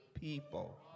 people